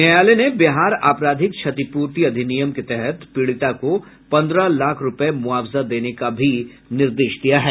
न्यायालय ने बिहार आपराधिक क्षतिपूर्ति अधिनियम के तहत पीड़िता को पन्द्रह लाख रूपये मुआवजा देने का भी निर्देश दिया है